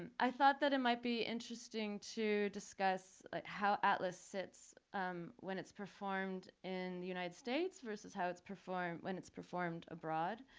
and i thought that it might be interesting to discuss how atlas sits when it's performed in the united states versus how it's performed, when it's performed abroad?